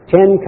Ten